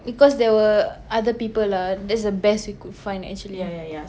because there were other people lah that's the best we could find actually